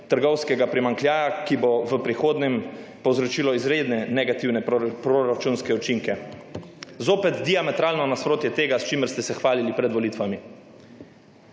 trgovskega primanjkljaja, ki bo v prihodnje povzročilo izredne negativne proračunske učinke. Zopet diametralno nasprotje tega, s čimer ste se hvalili pred volitvami.